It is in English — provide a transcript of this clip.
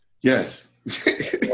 Yes